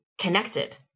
connected